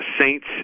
Saints